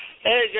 Hey